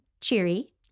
Cheery